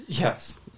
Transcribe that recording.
Yes